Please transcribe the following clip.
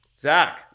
Zach